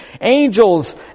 angels